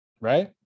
Right